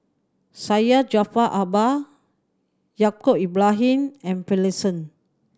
Syed Jaafar Albar Yaacob Ibrahim and Finlayson